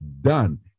done